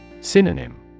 Synonym